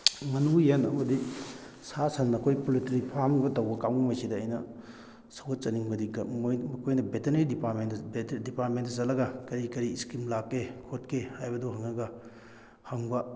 ꯉꯥꯅꯨ ꯌꯦꯟ ꯑꯃꯗꯤ ꯁꯥ ꯁꯟ ꯑꯩꯈꯣꯏ ꯄꯣꯂꯤꯇ꯭ꯔꯤ ꯐꯥꯝꯒꯨꯝꯕ ꯇꯧꯕ ꯀꯥꯡꯕꯨꯉꯩꯁꯤꯗ ꯑꯩꯅ ꯁꯧꯒꯠꯆꯅꯤꯡꯕꯗꯤ ꯃꯣꯏ ꯃꯈꯣꯏꯅ ꯕꯦꯇꯅꯔꯤ ꯗꯤꯄꯥꯔꯠꯃꯦꯟꯇ ꯗꯤꯄꯥꯔꯠꯃꯦꯟꯇ ꯆꯠꯂꯒ ꯀꯔꯤ ꯀꯔꯤ ꯏꯁꯀꯤꯝ ꯂꯥꯛꯀꯦ ꯈꯣꯠꯀꯦ ꯍꯥꯏꯕꯗꯨ ꯍꯪꯉꯒ ꯍꯪꯕ